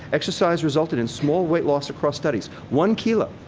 exercise resulted in small weight loss across studies. one kilo.